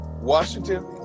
Washington